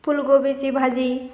फुलगोबीची भाजी